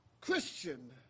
Christian